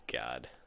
god